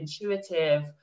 intuitive